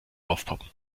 aufpoppen